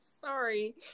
sorry